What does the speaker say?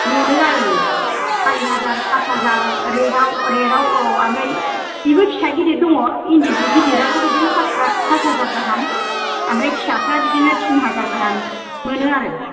मोनो आरो सारि हाजार फास हाजार ओरै राव औ ओमफ्राय बेबो फिसा गिदिर दङ इन्दि सि गिदिराथ' बिदिनो फास हाजार गाहाम ओमफ्राय फिसाफोरा बिदिनो थिन हाजार गाहाम मोनो आरो